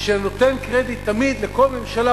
שנותן קרדיט תמיד לכל ממשלה,